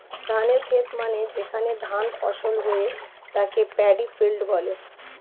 ধানের খেত মানে যেখানে ধান ফসল হয়ে তাকে প্যাডি ফিল্ড বলে